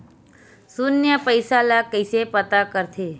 शून्य पईसा ला कइसे पता करथे?